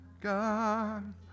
God